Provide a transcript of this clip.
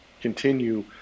continue